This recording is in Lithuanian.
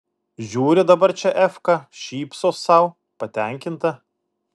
žiūri dabar čia efka šypsos sau patenkinta